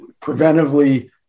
preventively